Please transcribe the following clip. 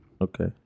Okay